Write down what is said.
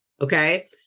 okay